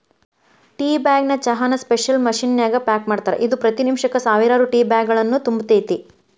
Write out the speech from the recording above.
tea bag ಚಹಾನ special machine ನ್ಯಾಗ pack ಮಾಡ್ತಾರ, ಇದು ಪ್ರತಿ ನಿಮಿಷಕ್ಕ ಸಾವಿರಾರು ಟೇಬ್ಯಾಗ್ಗಳನ್ನು ತುಂಬತೇತಿ